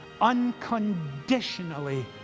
unconditionally